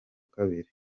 kabiri